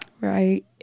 Right